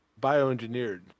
bioengineered